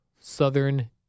Southern